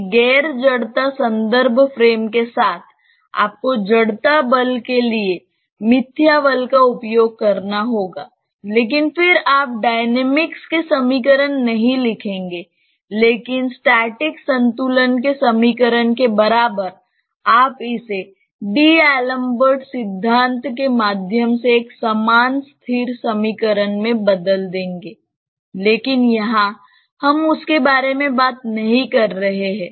एक गैर जड़ता संदर्भ फ्रेम के साथ आपको जड़ता बल के लिए मिथ्या बल का उपयोग करना होगा लेकिन फिर आप डायनामिक्स के समीकरण नहीं लिखेंगे लेकिन स्टैटिक संतुलन के समीकरण के बराबर आप इसे डी एलम्बर्ट सिद्धांत D'Alembert principle के माध्यम से एक समान स्थिर समीकरण में बदल देंगे लेकिन यहां हम उसके बारे में बात नहीं कर रहे हैं